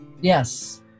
Yes